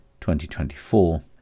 2024